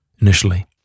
initially